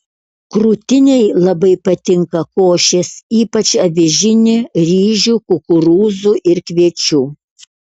krūtinei labai patinka košės ypač avižinė ryžių kukurūzų ir kviečių